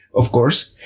of course.